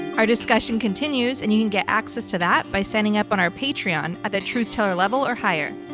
our discussion continues and you can get access to that by signing up on our patreon at the truth teller level or higher.